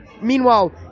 Meanwhile